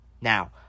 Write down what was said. Now